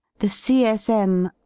the c s m.